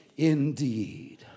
Indeed